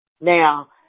Now